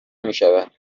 میشود